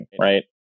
right